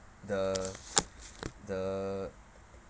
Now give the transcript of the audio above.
the the